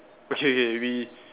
okay K we